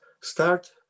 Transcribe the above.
start